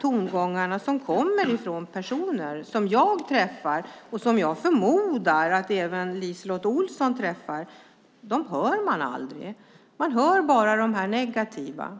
tongångar, som kommer från personer som jag träffar och som jag förmodar att även LiseLotte Olsson träffar, hör man er aldrig tala om. Man hör bara om de negativa.